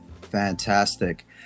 Fantastic